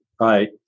right